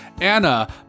Anna